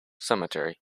cemetery